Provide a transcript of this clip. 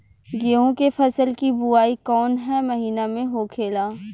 गेहूँ के फसल की बुवाई कौन हैं महीना में होखेला?